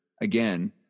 Again